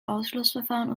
ausschlussverfahren